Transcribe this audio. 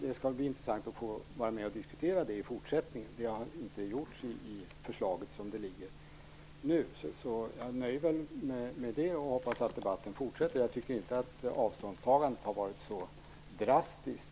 Det skall bli intressant att få vara med och diskutera det i fortsättningen. Det har inte gjorts inför detta förslag. Jag nöjer mig med detta och hoppas att debatten fortsätter. Jag tycker inte att avståndstagandet har varit så drastiskt.